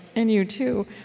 and you too,